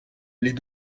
les